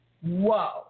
whoa